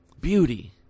beauty